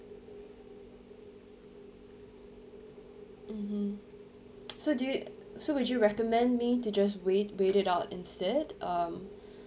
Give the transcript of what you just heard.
mmhmm so do you so would you recommend me to just wait wait it out instead um